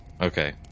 Okay